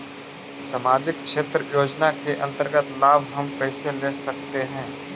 समाजिक क्षेत्र योजना के अंतर्गत लाभ हम कैसे ले सकतें हैं?